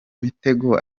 mitego